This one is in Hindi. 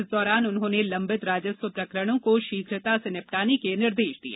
इस दौरान उन्होंने लंबित राजस्व प्रकरणों को शीघ्रता से निपटाने के निर्देश दिए